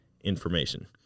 information